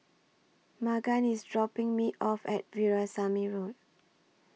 Magan IS dropping Me off At Veerasamy Road